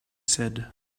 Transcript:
said